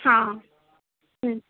हां